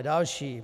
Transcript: Další.